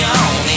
on